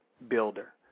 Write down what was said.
builder